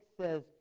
says